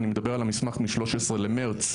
אני מדבר על המסמך מ-13 במרץ,